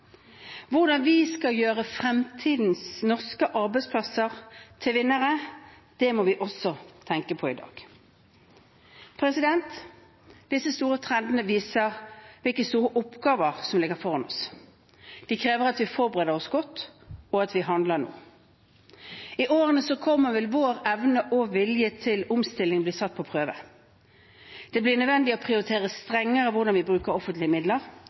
Hvordan vi skal gjøre fremtidens norske arbeidsplasser til vinnere, må vi også tenke på i dag. Disse store trendene viser hvilke store oppgaver som ligger foran oss. De krever at vi forbereder oss godt, og at vi handler nå. I årene som kommer, vil vår evne og vilje til omstilling bli satt på prøve. Det blir nødvendig å prioritere strengere hvordan vi bruker offentlige midler.